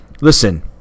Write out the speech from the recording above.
listen